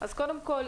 אז קודם כל,